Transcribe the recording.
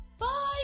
bye